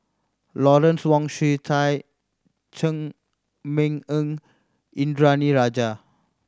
Lawrence Wong Shyun Tsai Chee Meng Ng Indranee Rajah